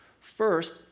First